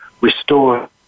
restore